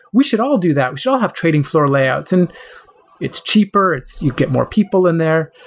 we should all do that. we should all have trading floor layout, and it's cheaper, you get more people in there.